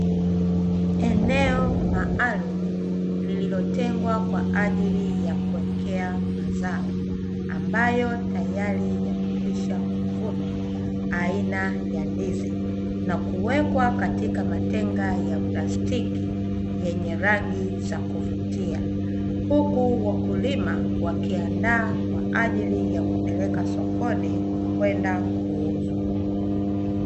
Eneo maalumu lililotengwa kwa ajili ya kuwekea mazao, ambayo tayari yamekwisha kuvunwa aina ya ndizi, na kuwekwa katika matenga ya plastiki yenye rangi za kuvutia, huku wakulima wakiandaa kwa ajili ya kupeleka sokoni kwenda kuuzwa.